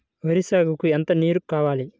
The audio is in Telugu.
వరి సాగుకు ఎంత నీరు కావాలి?